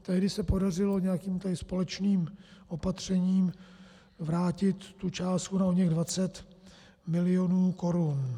Tehdy se podařilo nějakým společným opatřením vrátit tu částku na oněch 20 milionů korun.